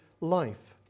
life